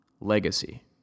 Legacy